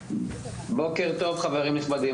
בוקר טוב, חברים נכבדים.